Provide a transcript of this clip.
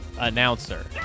announcer